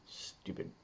Stupid